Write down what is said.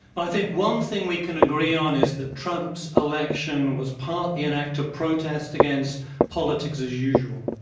i think one thing we can agree on is that trump's election was partly an act protest against politics as usual.